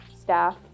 staff